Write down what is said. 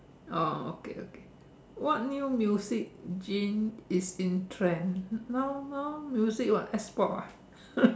oh okay okay what new music gene is in trend now now music what S-pop ah